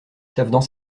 savent